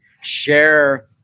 share